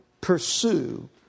pursue